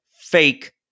fake